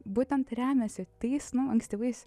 būtent remiasi tais ankstyvais